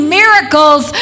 miracles